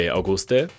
Auguste